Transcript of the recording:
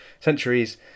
centuries